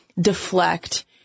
deflect